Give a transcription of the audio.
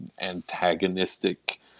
antagonistic